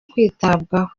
kwitabwaho